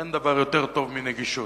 ואין דבר יותר טוב מנגישות.